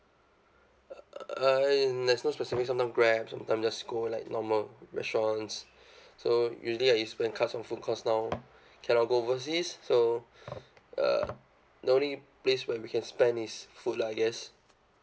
uh and there's no specific sometime grab sometime just go like normal restaurants so usually I just spend card on food cause now cannot go overseas so uh the only place where we can spend is food lah I guess